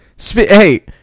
Hey